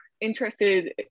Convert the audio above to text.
interested